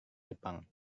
jepang